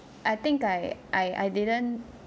I think I I I didn't